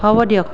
হ'ব দিয়ক